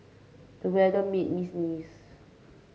the weather made me sneeze